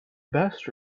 best